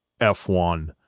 F1